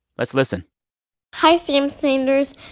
let's listen hi, sam sanders.